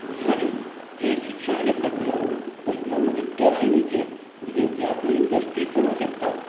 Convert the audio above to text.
भुरग्यांनी जें शिक्षण घेतल्या भुरग्यांक म्हणजे तें लायनीचे भुरगे जे आपलो इंडस्ट्रीज चलोवंक शकता